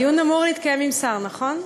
הדיון אמור להתקיים עם שר, נכון?